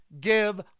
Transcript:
give